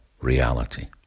reality